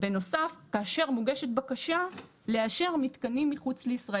בנוסף, כאשר מוגשת בקשה לאשר מתקנים מחוץ לישראל.